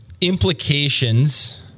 implications